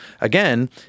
again